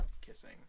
kissing